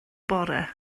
bore